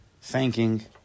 thanking